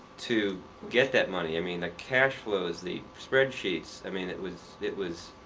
to get that money i mean the cash-flows, the spreadsheets. i mean it was it was